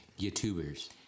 YouTubers